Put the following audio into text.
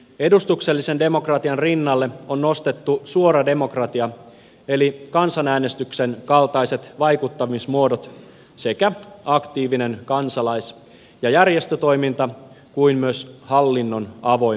edustuksellisen demokratian rinnalle on nostettu suora demokratia eli kansanäänestyksen kaltaiset vaikuttamismuodot sekä aktiivinen kansalais ja järjestötoiminta kuten myös hallinnon avoimuus